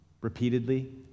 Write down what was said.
repeatedly